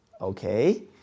Okay